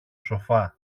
σοφά